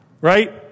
right